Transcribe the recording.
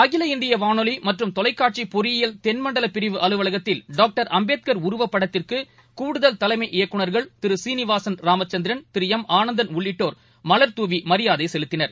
அகில இந்தியவானொலிமற்றும் தொலைக்காட்சிபொறியியல் தென்மண்டலபிரிவு அலுவலகத்தில் டாக்டர் அம்பேத்கர் உருவப்படத்திற்குகடுதல் தலைமை இயக்குனர்கள் திருசீனிவாசன் ராமச்சந்திரன் திருஎம் ஆனந்தன் உள்ளிட்டோர் மலர் தூவிமரியாதைசெலுத்தினர்